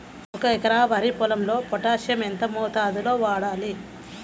ఒక ఎకరా వరి పొలంలో పోటాషియం ఎంత మోతాదులో వాడాలి?